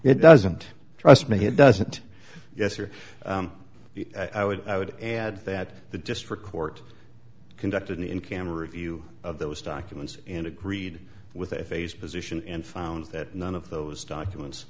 it doesn't trust me it doesn't yes or i would i would add that the district court conducted in camera view of those documents and agreed with a face position and found that none of those documents